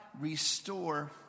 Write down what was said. restore